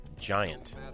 giant